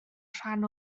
rhan